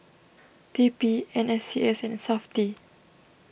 T P N S C S and Safti